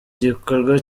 gikorwa